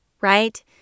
Right